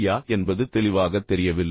யா என்பது தெளிவாகத் தெரியவில்லை